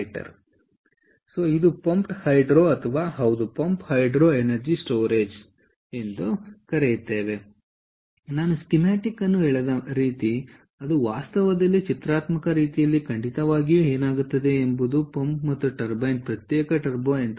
ಆದ್ದರಿಂದ ಇದು pumped hydro ಅಥವಾ ಹೌದು ಪಂಪ್ ಹೈಡ್ರೊ ಎನರ್ಜಿ ಸ್ಟೋರೇಜ್ನಒಟ್ಟಾರೆ ಪರಿಕಲ್ಪನೆಯಾಗಿದೆ ಆದ್ದರಿಂದ ನಾನು ಸ್ಕೀಮ್ಯಾಟಿಕ್ಅನ್ನು ಎಳೆದ ರೀತಿ ಅದು ವಾಸ್ತವದಲ್ಲಿ ಚಿತ್ರಾತ್ಮಕ ರೀತಿಯಲ್ಲಿ ಖಂಡಿತವಾಗಿಯೂ ಏನಾಗುತ್ತದೆ ಎಂಬುದು ಪಂಪ್ ಮತ್ತು ಟರ್ಬೈನ್ ಪ್ರತ್ಯೇಕ ಟರ್ಬೊ ಯಂತ್ರಗಳಲ್ಲ